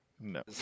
No